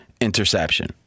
interception